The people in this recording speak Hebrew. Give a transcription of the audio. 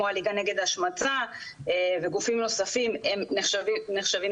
כמו הליגה נגד ההשמצה וגופים נוספים הם נחשבים